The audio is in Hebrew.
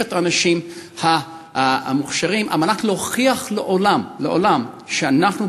את האנשים המוכשרים כדי להוכיח לעולם שאנחנו,